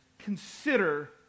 Consider